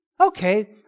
Okay